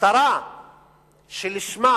המטרה שלשמה